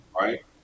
right